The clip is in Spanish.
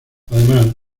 además